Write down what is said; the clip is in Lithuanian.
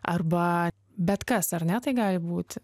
arba bet kas ar ne tai gali būti